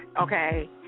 okay